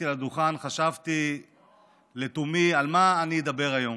לדוכן חשבתי לתומי על מה אני אדבר היום.